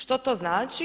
Što to znači?